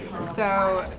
so,